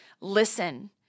Listen